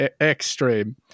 extreme